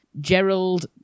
Gerald